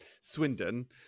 swindon